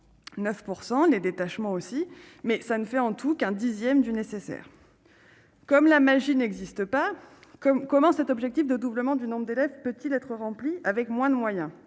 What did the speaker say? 9 % les détachements aussi mais ça ne fait en tout cas un dixième du nécessaire. Comme la magie n'existe pas comme comment cet objectif de doublement du nombre d'élèves peut-il être rempli avec moins de moyens,